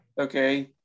Okay